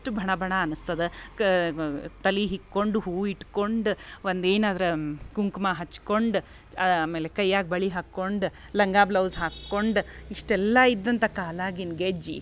ಭಣ ಭಣಾ ಅನ್ಸ್ತದ ಕಾ ತಲೆ ಹಿಕ್ಕೊಂಡು ಹೂ ಇಟ್ಕೊಂಡು ಒಂದೇನಾದ್ರ ಕುಂಕುಮ ಹಚ್ಕೊಂಡು ಆಮೇಲೆ ಕೈಯಾಗ ಬಳೆ ಹಾಕ್ಕೊಂಡು ಲಂಗಾ ಬ್ಲೌಝ್ ಹಾಕ್ಕೊಂಡು ಇಷ್ಟೆಲ್ಲ ಇದ್ದಂಥಾ ಕಾಲ ಆಗಿನ ಗೆಜ್ಜೆ